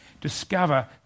discover